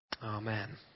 Amen